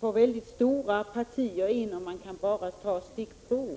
får in mycket stora partier, och man kan bara ta stickprov.